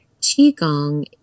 Qigong